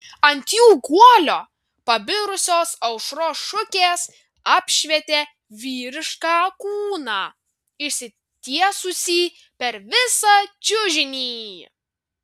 ant jų guolio pabirusios aušros šukės apšvietė vyrišką kūną išsitiesusį per visą čiužinį